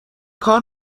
کار